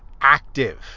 active